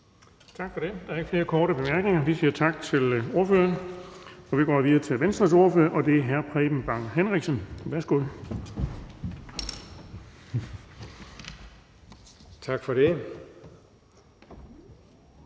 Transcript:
Tak for det. Der er ikke flere korte bemærkninger, så vi siger tak til ordføreren. Vi går videre til Venstres ordfører, og det er hr. Preben Bang Henriksen. Værsgo. Kl.